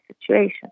situation